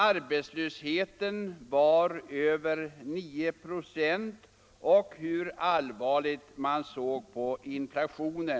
Arbetslösheten var över 9 96, och man såg allvarligt på inflationen.